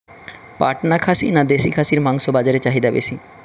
পাটনা খাসি না দেশী খাসির মাংস বাজারে চাহিদা বেশি?